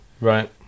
Right